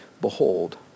Behold